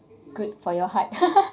good for your heart